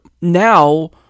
now